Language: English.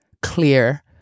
clear